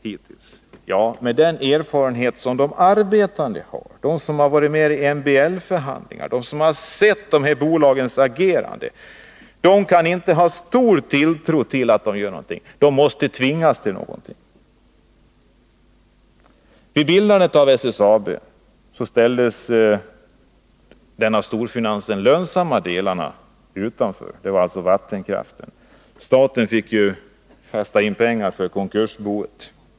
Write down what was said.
Med den erfarenhet som de arbetande har — de som varit med i MBL-förhandlingar och som har sett dessa bolags agerande — kan dessa inte ha stor tilltro till att de gör någonting. Bolagen måste tvingas till någonting. Vid bildandet av SSAB ställde storfinansen de lönsamma delarna utanför. Det var vattenkraften. Staten fick kasta in pengar för konkursboet.